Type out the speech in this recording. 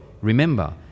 Remember